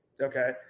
Okay